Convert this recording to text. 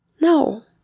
No